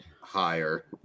higher